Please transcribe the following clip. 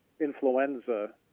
influenza